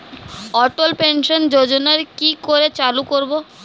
অটল pension যোজনার কি করে চালু করব?